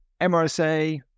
MRSA